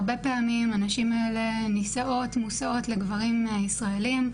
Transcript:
הרבה פעמים הנשים האלה נישאות לגברים ישראליים,